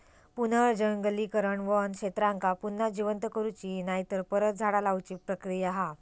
पुनर्जंगलीकरण वन क्षेत्रांका पुन्हा जिवंत करुची नायतर परत झाडा लाऊची प्रक्रिया हा